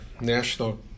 national